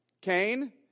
Cain